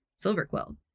Silverquill